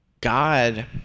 God